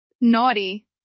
Naughty